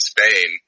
Spain